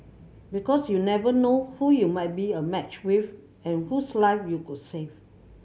because you never know who you might be a match with and whose life you could save